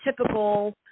typical